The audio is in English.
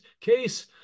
case